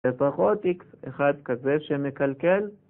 לפחות איקס אחד כזה שמקלקל